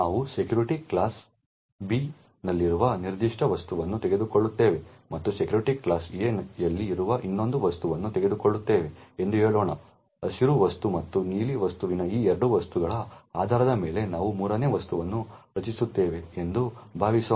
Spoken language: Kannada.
ನಾವು ಸೆಕ್ಯುರಿಟಿ ಕ್ಲಾಸ್ ಬಿ ನಲ್ಲಿರುವ ನಿರ್ದಿಷ್ಟ ವಸ್ತುವನ್ನು ತೆಗೆದುಕೊಳ್ಳುತ್ತೇವೆ ಮತ್ತು ಸೆಕ್ಯುರಿಟಿ ಕ್ಲಾಸ್ ಎ ಯಲ್ಲಿ ಇರುವ ಇನ್ನೊಂದು ವಸ್ತುವನ್ನು ತೆಗೆದುಕೊಳ್ಳುತ್ತೇವೆ ಎಂದು ಹೇಳೋಣ ಹಸಿರು ವಸ್ತು ಮತ್ತು ನೀಲಿ ವಸ್ತುವಿನ ಈ ಎರಡು ವಸ್ತುಗಳ ಆಧಾರದ ಮೇಲೆ ನಾವು ಮೂರನೇ ವಸ್ತುವನ್ನು ರಚಿಸುತ್ತೇವೆ ಎಂದು ಭಾವಿಸೋಣ